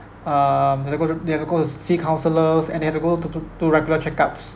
um they have to go they have to go to s~ see counsellors and they have to go to to to regular checkups